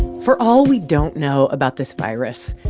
for all we don't know about this virus,